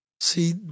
See